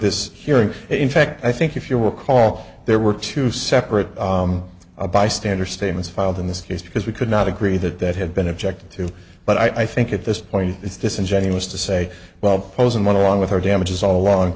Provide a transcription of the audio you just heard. this hearing in fact i think if you will call there were two separate a bystander statements filed in this case because we could not agree that that had been objected to but i think at this point it's disingenuous to say well opposing went along with our damages all along